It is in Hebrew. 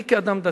אני, כאדם דתי,